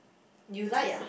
you like